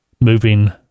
moving